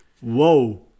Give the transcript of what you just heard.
Whoa